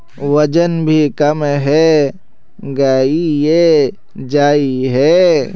वजन भी कम है गहिये जाय है?